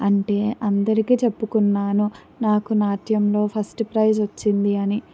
అంటే అందరికీ చెప్పుకున్నాను నాకు నాట్యంలో ఫస్ట్ ప్రైజ్ వచ్చింది అని